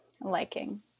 liking